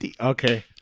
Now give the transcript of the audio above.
Okay